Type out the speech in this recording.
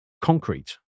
concrete